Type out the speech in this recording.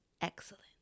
excellent